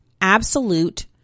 absolute